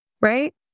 right